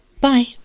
Bye